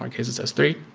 our case, it's s three.